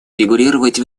фигурировать